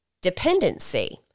dependency